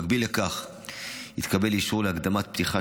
במקביל לכך התקבל אישור להקדמת פתיחה